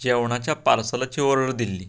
जेवणाच्या पार्सलाची ऑर्डर दिल्ली